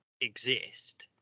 exist